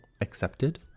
accepted